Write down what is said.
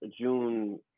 June